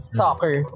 soccer